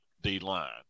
D-line